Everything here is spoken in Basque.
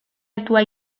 altua